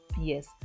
yes